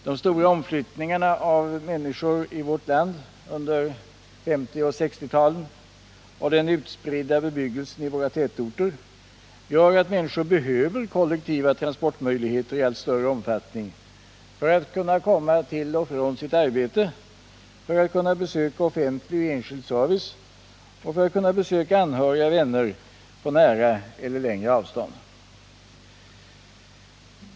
De stora omflyttningarna av människor i vårt land under 1950 och 1960-talen och den utspridda bebyggelsen i våra tätorter gör att människor behöver kollektiva transportmöjligheter i allt större utsträckning för att kunna komma till och från sitt arbete, besöka offentlig eller enskild service och besöka anhöriga och vänner på nära eller längre avstånd.